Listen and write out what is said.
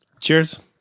Cheers